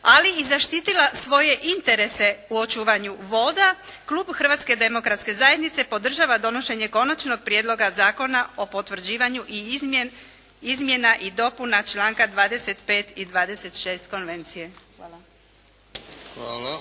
ali i zaštitila svoje interese u očuvanju voda klub Hrvatske demokratske zajednice podržava donošenje Konačnog prijedloga zakona o potvrđivanju izmjena i dopuna članaka 25. i 26. konvencije. Hvala.